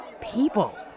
people